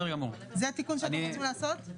זה התיקון שאתם הולכים לעשות?